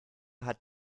hat